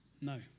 no